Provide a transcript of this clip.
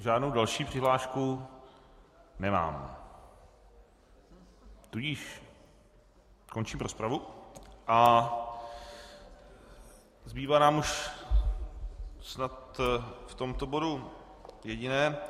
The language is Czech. Žádnou další přihlášku nemám, tudíž končím rozpravu a zbývá nám už jen snad v tomto bodu jediné.